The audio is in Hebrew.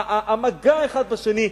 המגע אחד בשני,